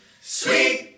Sweet